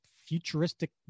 futuristic